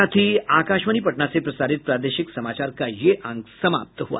इसके साथ ही आकाशवाणी पटना से प्रसारित प्रादेशिक समाचार का ये अंक समाप्त हुआ